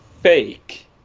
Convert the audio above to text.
fake